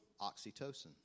oxytocin